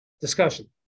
discussion